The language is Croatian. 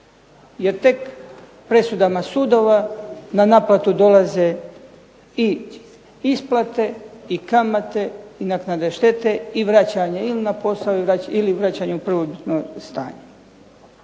jer tek presudama sudova na naplatu dolaze i isplate i kamate i naknade štete i vraćanje ili na posao ili vraćanje u prvobitno stanje.